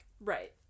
Right